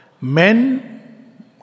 Men